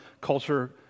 culture